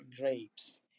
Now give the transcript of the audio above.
grapes